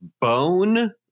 bone